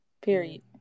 Period